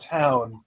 town